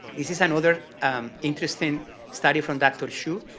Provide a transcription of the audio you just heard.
this is another interesting study from dr. chu